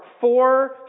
four